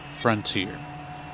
Frontier